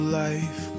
life